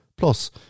Plus